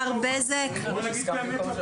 בואו נגיד את האמת.